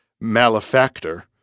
malefactor